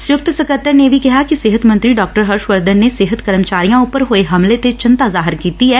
ਸੰਯੁਕਤ ਸਕੱਤਰ ਨੇਂ ਕਿਹਾ ਕਿ ਸਿਹਤ ਮੰਤਰੀ ਡਾਕਟਰ ਹਰਸ਼ਵਰਧਨ ਨੇ ਸਿਹਤ ਕਰਮਚਾਰੀਆਂ ਉਪਰ ਹੋਏ ਹਮਲੇ ਤੇ ਚਿੰਤਾ ਜਾਹਿਰ ਕੀਤੀ ਐ